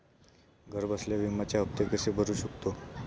घरबसल्या विम्याचे हफ्ते कसे भरू शकतो?